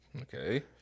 Okay